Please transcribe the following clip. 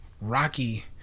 rocky